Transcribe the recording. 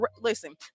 listen